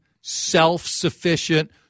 self-sufficient